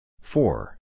Four